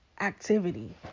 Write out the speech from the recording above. activity